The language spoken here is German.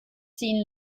ziehen